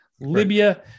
Libya